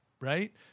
right